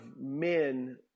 men